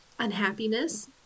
unhappiness